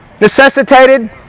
necessitated